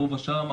פה ושם,